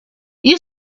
you